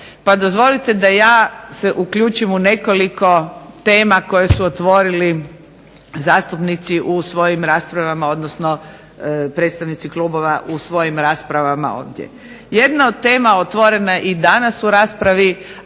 pa dozvolite da ja se uključim u nekoliko tema koje su otvorili zastupnici u svojim raspravama, odnosno predstavnici klubova u svojim raspravama ovdje. Jedna od tema otvorena i danas u raspravi,